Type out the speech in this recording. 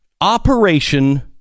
Operation